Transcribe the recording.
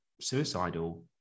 suicidal